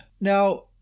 Now